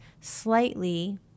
slightly